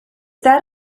that